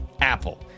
Apple